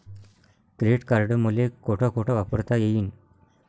Credit card मले कोठ कोठ वापरता येईन?